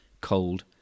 cold